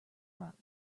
brought